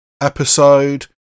episode